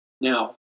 Now